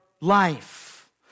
life